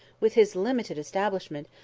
with his limited establishment,